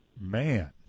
Man